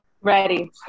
Ready